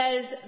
says